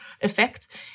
effect